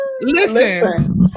Listen